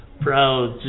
Proud